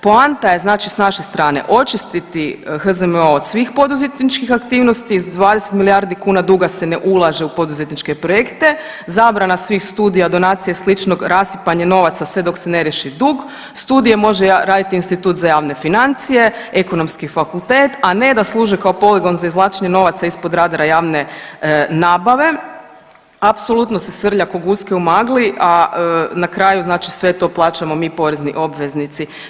Poanta je znači s naše strane očistiti HZMO od svih poduzetničkih aktivnosti, s 20 milijardi kuna duga se ne ulaže u poduzetničke projekte, zabrana svih studija, donacije i sličnog, rasipanje novaca sve dok se ne riješi dug, studije može raditi Institut za javne financije, ekonomski fakultet, a ne da služe kao poligon za izvlačenje novaca ispod radara javne nabave, apsolutno se srlja ko guske u magli, a na kraju znači sve to plaćamo mi porezni obveznici.